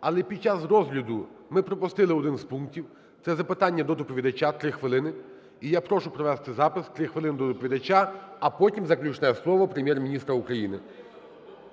Але під час розгляду ми пропустили один з пунктів. Це запитання до доповідача – 3 хвилини. І я прошу провести запис, 3 хвилини, до доповідача, а потім заключне слово Прем’єр-міністра України.